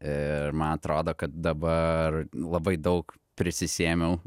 ir man atrodo kad dabar labai daug prisisėmiau